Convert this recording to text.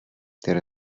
there